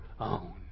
own